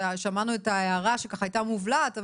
ושמענו את ההערה שככה הייתה מובלעת,